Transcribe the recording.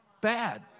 bad